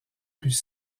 plus